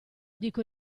dico